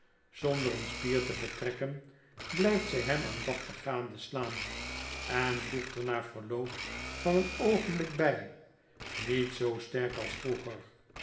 zonder een spier te vertrekken biyft zu hem aandachtig gadeslaan en voegt er na verloop van een oogenblik by nietzoosterkals vroeger